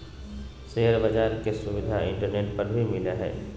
share बाज़ार के सुविधा इंटरनेट पर भी मिलय हइ